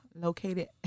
located